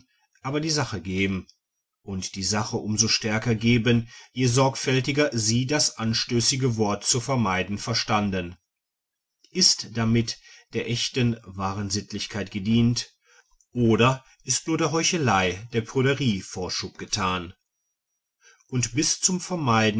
aber die sache geben und die sache um so stärker geben je sorgfältiger sie das anstößige wort zu vermeiden verstanden ist damit der echten wahren sittlichkeit gedient oder ist nur der heuchelei der prüderie vorschub getan und bis zum vermeiden